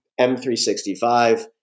M365